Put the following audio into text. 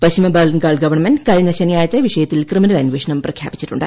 Paschim Bangal government കഴിഞ്ഞ ശനിയാഴ്ച വിഷയത്തിൽ ക്രിമിനൽ അന്വേഷണം പ്രഖ്യാപിച്ചിട്ടുണ്ട്